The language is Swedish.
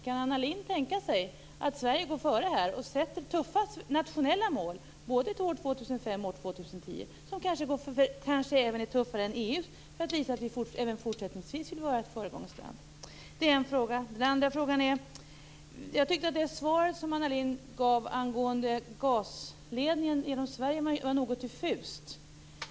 Kan Anna Lindh tänka sig att Sverige går före och sätter tuffa nationella mål både till år 2005 och år 2010, som kanske även är tuffare än EU:s mål, för att visa att vi även fortsättningsvis vill att Sverige skall vara ett föregångsland? Jag tycker att det svar som Anna Lindh gav angående gasledningen genom Sverige var något diffust.